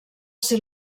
ser